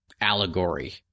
allegory